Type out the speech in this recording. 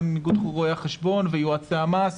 גם עם איגוד רואי החשבון ויועצי המס.